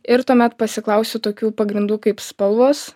ir tuomet pasiklausiu tokių pagrindų kaip spalvos